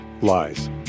lies